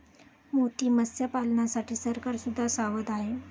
मोती मत्स्यपालनासाठी सरकार सुद्धा सावध आहे